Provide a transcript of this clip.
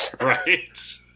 right